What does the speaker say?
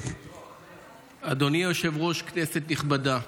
אדוני היושב-ראש, כנסת נכבדה,